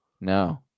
No